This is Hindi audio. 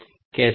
कैसे